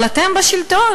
אבל אתם בשלטון,